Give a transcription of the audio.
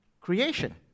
creation